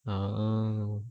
oh